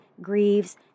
grieves